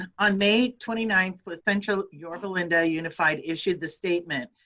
on may twenty ninth, placentia-yorba linda unified issued the statement,